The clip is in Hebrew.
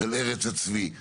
ארץ הצבי,